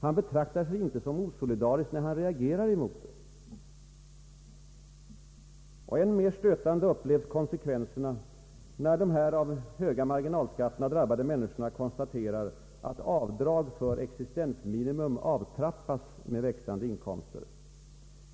Han betraktar sig inte såsom osolidarisk när han reagerar mot detta, Än mer stötande upplevs konsekvenserna när dessa av höga marginalskatter drabbade människor konstaterar att avdrag för existensminimum avtrappas med växande inkomster.